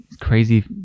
crazy